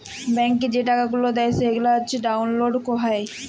ব্যাংকে যে টাকা গুলা দেয় সেগলা ডাউল্লড হ্যয়